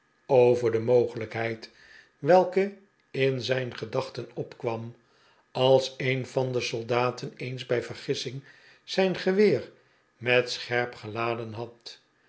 over de mogelijkheid welke in zijn gedachten opkwam als een van de soldaten eens bij vergissing zijn geweer met scherp geladen had